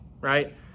right